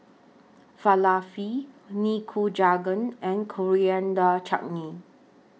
Falafel Nikujaga and Coriander Chutney